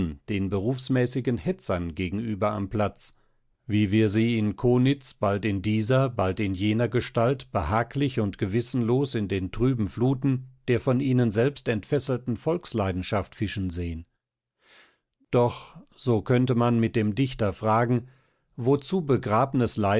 den berufsmäßigen hetzern gegenüber am platz wie wir sie in konitz bald in dieser bald in jener gestalt behaglich und gewissenlos in den trüben fluten der von ihnen selbst entfesselten volksleidenschaft fischen sehen doch so könnte man mit dem dichter fragen wozu begrabnes